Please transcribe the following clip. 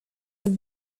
have